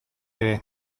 ere